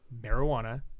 marijuana